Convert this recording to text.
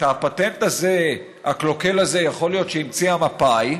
שאת הפטנט הקלוקל הזה יכול להיות שהמציאה מפא"י,